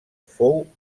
fou